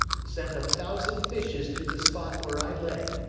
sent a thousand fishes to the spot where i lay.